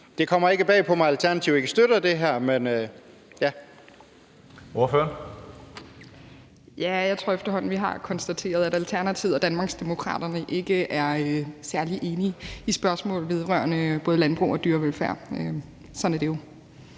Ordføreren. Kl. 17:04 Helene Liliendahl Brydensholt (ALT): Ja, jeg tror efterhånden, at vi har konstateret, at Alternativet og Danmarksdemokraterne ikke er særlig enige om spørgsmål vedrørende både landbrug og dyrevelfærd. Sådan er det jo.